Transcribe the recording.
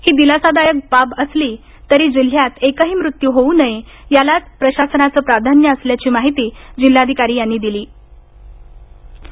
ही दिलासादायक बाब असली तरी जिल्ह्यात एकही मृत्यू होऊ नये यालाच प्रशासनाच प्राधान्य असल्याचं जिल्हाधिकारी सिंह यावेळी म्हणाले